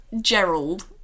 Gerald